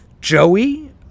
Joey